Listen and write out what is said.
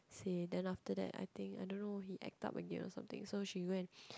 say then after that I think I don't know he act up again or something so she go and